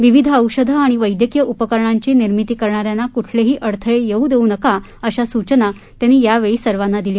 विविध औषधे आणि वैद्यकीय उपकरणांची निर्मिती करणाऱ्यांना कुठलेही अडथळे येऊ देऊ नका अशा सूचना त्यांनी यावेळी सर्वांना दिल्या